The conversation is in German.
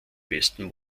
besten